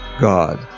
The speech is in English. God